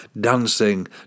dancing